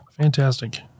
Fantastic